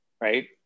right